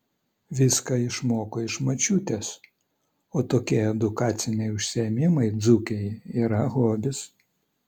viską išmoko iš močiutės o tokie edukaciniai užsiėmimai dzūkei yra hobis